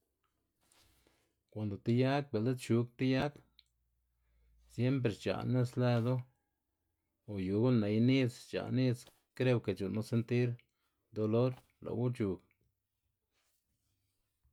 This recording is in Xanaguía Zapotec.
kuando ti yag bi'ltsa chug ti yag siempre xc̲h̲a' nis lëdu o yu gu'n ney nidz xc̲h̲a' nidz, kreo ke c̲h̲u'nnu sentir dolor lë'wu uc̲h̲ug.